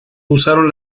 usaron